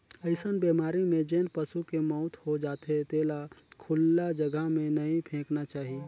अइसन बेमारी में जेन पसू के मउत हो जाथे तेला खुल्ला जघा में नइ फेकना चाही